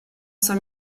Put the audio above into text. cinq